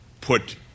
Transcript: put